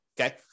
Okay